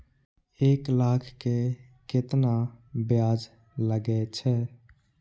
एक लाख के केतना ब्याज लगे छै?